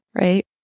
right